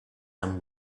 some